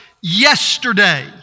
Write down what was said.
yesterday